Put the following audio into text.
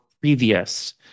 previous